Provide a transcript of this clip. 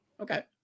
Okay